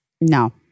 No